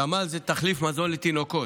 תמ"ל זה תחליף מזון לתינוקות,